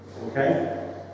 Okay